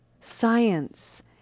science